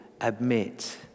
admit